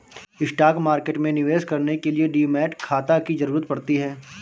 stock market में निवेश करने के लिए डीमैट खाता की जरुरत पड़ती है